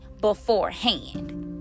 beforehand